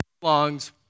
belongs